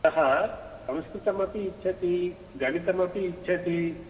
सः संस्कृतमपि इच्छति गणितमपि इच्छति